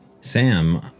Sam